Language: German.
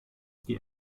die